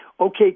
Okay